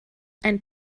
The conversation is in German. ein